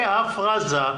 בהפרזה.